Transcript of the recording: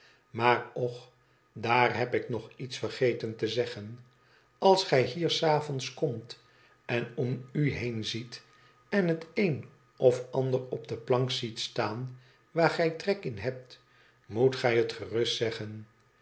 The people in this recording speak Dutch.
maar och daar heb ik nog iets vergeten te zeggen als gij hier s avonds komt en om u heenziet en het een of ander op de plank ziet staan waar gij trek in hebt moet gij het gerust zeggen